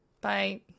Bye